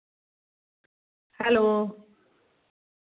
hello